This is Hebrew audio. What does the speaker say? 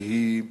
והם: